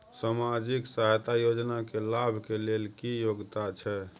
सामाजिक सहायता योजना के लाभ के लेल की योग्यता छै?